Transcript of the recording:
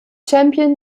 champion